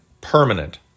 permanent